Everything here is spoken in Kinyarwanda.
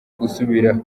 gusubira